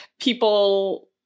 people